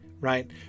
right